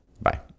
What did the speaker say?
Bye